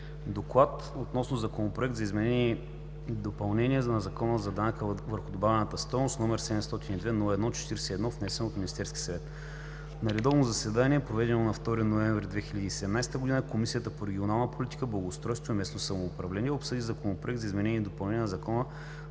Д относно Законопроект за изменение и допълнение на Закона за данъка върху добавената стойност, № 702-01-41, внесен от Министерския съвет На редовно заседание, проведено на 2 ноември 2017 г., Комисията по регионална политика, благоустройство и местно самоуправление обсъди Законопроект за изменение и допълнение на Закона